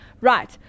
Right